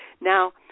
Now